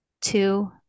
two